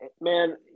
man